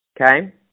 Okay